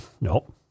nope